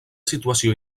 situació